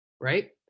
right